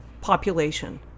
population